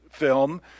film